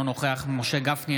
אינו נוכח משה גפני,